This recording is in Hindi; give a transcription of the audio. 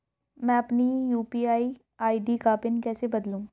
मैं अपनी यू.पी.आई आई.डी का पिन कैसे बदलूं?